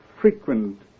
frequent